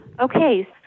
Okay